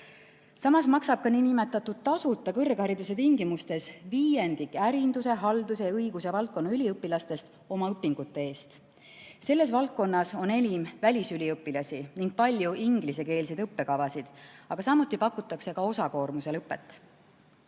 Samas maksab ka nn tasuta kõrghariduse tingimustes viiendik ärinduse, halduse ja õiguse valdkonna üliõpilastest oma õpingute eest. Selles valdkonnas on enim välisüliõpilasi ning palju ingliskeelseid õppekavasid. Aga pakutakse ka osakoormusel õpet.